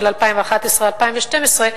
של 2011 2012,